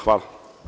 Hvala.